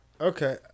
Okay